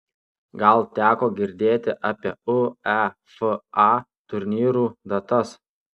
gal teko girdėti apie uefa turnyrų datas